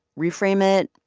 reframe it,